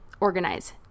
organize